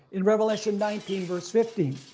in revelation nineteen verse fifteen.